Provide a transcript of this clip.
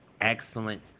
Excellent